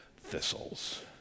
thistles